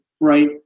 right